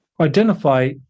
identify